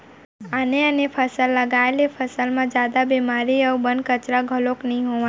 आने आने फसल लगाए ले फसल म जादा बेमारी अउ बन, कचरा घलोक नइ होवय